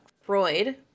Freud